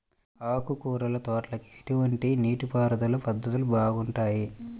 ఆకుకూరల తోటలకి ఎటువంటి నీటిపారుదల పద్ధతులు బాగుంటాయ్?